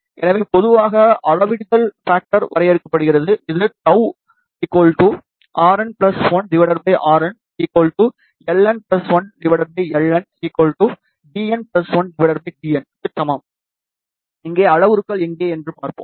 எனவே பொதுவாக அளவிடுதல் ஃபேக்டர் வரையறுக்கப்படுகிறது இதுτRn1RnLn1Lndn1dnக்கு சமம் இங்கே அளவுருக்கள் எங்கே என்று பார்ப்போம்